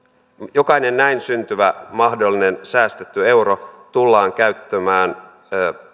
jokainen näin syntyvä mahdollinen säästetty euro tullaan käyttämään